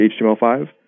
HTML5